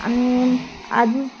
आणि अजून